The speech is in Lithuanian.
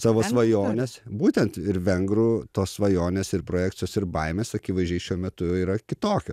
savo svajones būtent ir vengrų tos svajonės ir projekcijos ir baimės akivaizdžiai šiuo metu yra kitokios